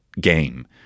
game